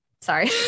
sorry